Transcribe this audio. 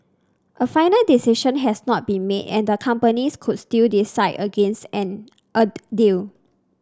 a final decision has not been made and the companies could still decide against a deal